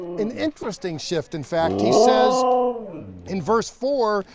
an interesting shift, in fact. he says in verse four,